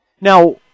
Now